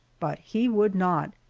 but he would not,